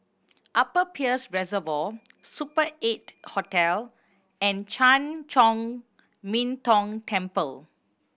Upper Peirce Reservoir Super Eight Hotel and Chan Chor Min Tong Temple